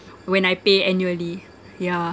when I pay annually yeah